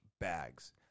bags